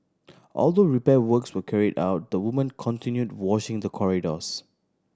although repair works were carried out the woman continued washing the corridors